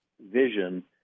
vision